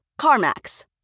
CarMax